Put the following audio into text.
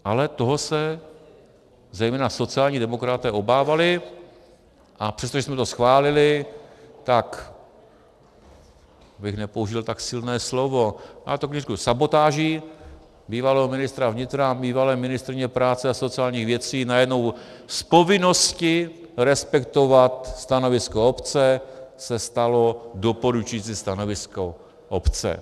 Ale toho se zejména sociální demokraté obávali, a přestože jsme to schválili, tak... abych nepoužil tak silné slovo, ale tak to řeknu, sabotáži bývalého ministra vnitra a bývalé ministryně práce a sociálních věcí najednou z povinnosti respektovat stanovisko obce se stalo doporučující stanovisko obce.